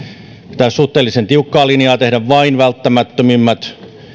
pitää suhteellisen tiukkaa linjaa tehdä vain välttämättömimmät